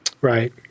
Right